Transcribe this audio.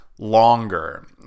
Longer